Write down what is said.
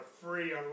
free